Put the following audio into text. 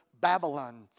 Babylon